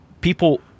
people